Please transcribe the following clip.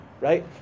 Right